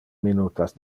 minutas